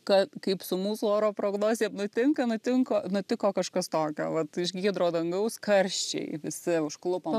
kad kaip su mūsų oro prognozėm nutinka nutinko nutiko kažkas tokio vat iš giedro dangaus karščiai visi užklupo